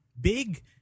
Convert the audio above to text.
big